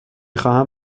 خواهم